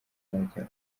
bazajya